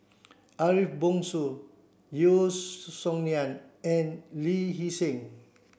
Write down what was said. Ariff Bongso Yeo Song Nian and Lee Hee Seng